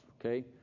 Okay